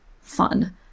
fun